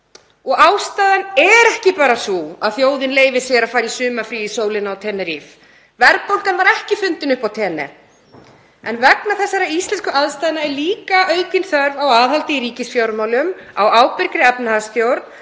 Ástæðan er ekki bara sú að þjóðin leyfi sér að fara í sumarfrí í sólina á Tenerife. Verðbólgan var ekki fundin upp á Tene. En vegna þessara íslensku aðstæðna er líka aukin þörf á aðhaldi í ríkisfjármálum, á ábyrgri efnahagsstjórn.